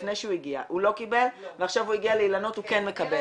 לפני שהוא הגיע הוא לא קיבל ועכשיו הוא הגיע לאילנות הוא כן מקבל.